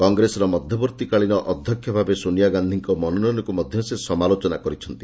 କଂଗ୍ରେସର ମଧ୍ଧବର୍ଭୀକାଳୀନ ଅଧ୍ଧକ୍ଷ ଭାବେ ସୋନିଆ ଗାଧିଙ୍କ ମନୋନୟନକୁ ମଧ ସେ ସମାଲୋଚନା କରିଛନ୍ତି